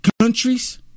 countries